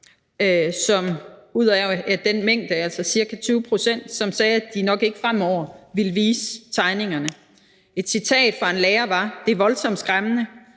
samlede mængde, altså ca. 20 pct., som sagde, at de nok ikke fremover ville vise tegningerne. Et citat fra rundspørgen var: »Det er voldsomt skræmmende.